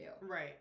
right